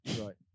Right